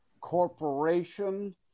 Corporation